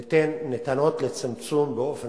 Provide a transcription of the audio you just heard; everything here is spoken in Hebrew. זה ניתן לצמצום באופן